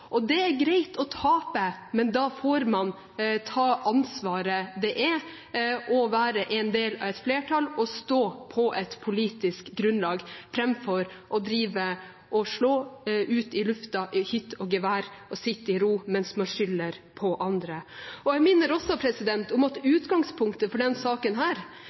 kjøpekraft. Det er greit å tape, men da får man ta det ansvaret det er å være en del av et flertall, og stå på et politisk grunnlag framfor å drive og slå i luften i «hytt og gevær» og sitte i ro mens man skylder på andre. Jeg minner også om at utgangspunktet for denne saken